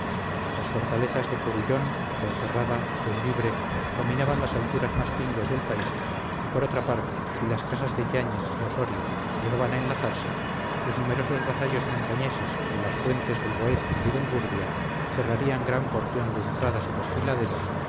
las fortalezas de corullón ponferrada bembibre dominaban las llanuras más pingües del país y por otra parte si las casas de yáñez y ossorio llegaban a enlazarse sus numerosos vasallos montañeses de las fuentes del boeza y del burbia cerrarían gran porción de entradas y desfiladeros